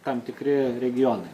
tam tikri regionai